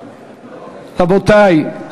רבותי.